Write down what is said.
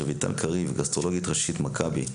רויטל קריב, גסטרואנטרולוגית ראשית, מכבי.